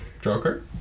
Joker